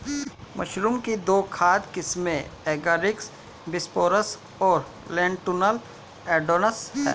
mushroom की दो खाद्य किस्में एगारिकस बिस्पोरस और लेंटिनुला एडोडस है